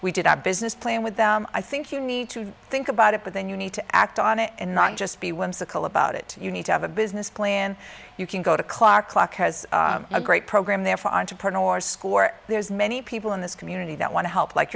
we did our business plan with them i think you need to think about it but then you need to act on it and not just be whimsical about it you need to have a business plan you can go to clark clark has a great program there for entrepreneur or school or there's many people in this community that want to help like